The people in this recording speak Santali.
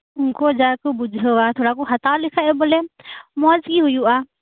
ᱩᱱᱠᱩᱦᱚᱸ ᱡᱟᱜᱮᱠᱩ ᱵᱩᱡᱷᱟᱹᱣᱟ ᱛᱷᱚᱲᱟᱠᱩ ᱦᱟᱛᱟᱣ ᱞᱮᱠᱷᱟᱱ ᱵᱚᱞᱮ ᱢᱚᱡᱠᱤ ᱦᱩᱭᱩᱜᱼᱟ